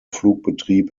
flugbetrieb